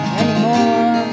anymore